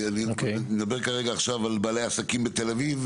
אני מדבר כרגע על בעלי העסקים בתל-אביב.